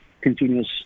continuous